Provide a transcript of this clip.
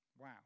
Wow